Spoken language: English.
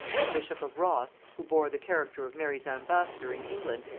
the bishop of ross, who bore the character of mary's ambassador in england,